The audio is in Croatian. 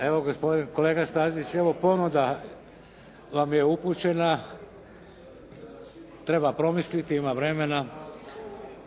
Evo, kolega Stazić, evo ponuda vam je upućena, treba promisliti, ima vremena.